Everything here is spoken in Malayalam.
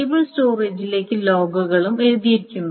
സ്റ്റേബിൾ സ്റ്റോറേജിലേക്ക് ലോഗുകളും എഴുതിയിരിക്കുന്നു